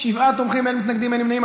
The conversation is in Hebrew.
שבעה תומכים, אין מתנגדים, אין נמנעים.